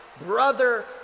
brother